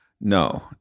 No